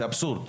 זה אבסורד.